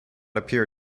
appear